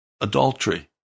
adultery